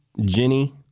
Jenny